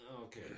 Okay